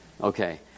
Okay